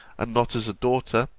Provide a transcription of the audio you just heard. and not as a daughter,